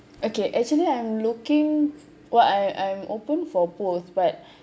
okay actually I'm looking what I I'm open for both but